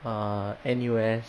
uh N_U_S